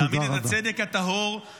להעמיד את הצדק הטהור -- תודה רבה.